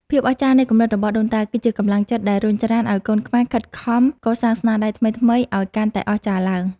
ភាពអស្ចារ្យនៃគំនិតរបស់ដូនតា គឺជាកម្លាំងចិត្តដែលរុញច្រានឱ្យកូនខ្មែរខិតខំកសាងស្នាដៃថ្មីៗឱ្យកាន់តែអស្ចារ្យឡើង។